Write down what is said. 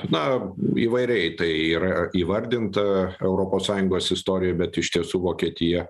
na įvairiai tai yra įvardinta europos sąjungos istorijoj bet iš tiesų vokietija